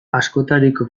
askotariko